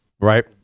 right